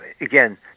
again